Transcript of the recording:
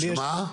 מה?